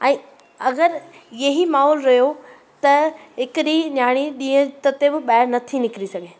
ऐं अगरि ईअं ई माहौल रहियो त हिकु ॾींहुं नियाणी ॾींहं ते बि ॿाहिरि नथी निकिरी सघे